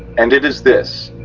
and it is this